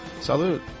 Salute